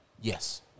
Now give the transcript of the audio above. Yes